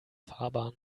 fahrbahn